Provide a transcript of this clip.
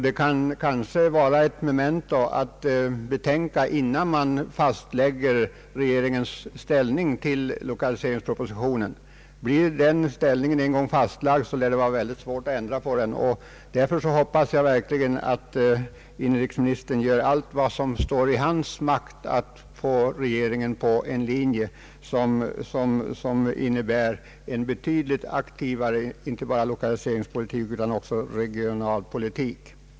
Det kan kanske vara ett memento innan regeringen fastlägger sin ställning i lokaliseringspropositionen. Blir den en gång fastlagd, är det svårt att ändra på den. Därför hoppas jag verkligen att inrikesministern gör allt vad som står i hans makt för att få regeringen in på en linje som innebär en betydligt aktivare lokaliseringspolitik och regionalpolitik.